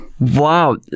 Wow